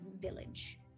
village